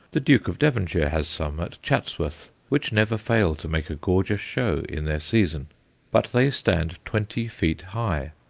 the duke of devonshire has some at chatsworth which never fail to make a gorgeous show in their season but they stand twenty feet high,